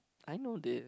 I know this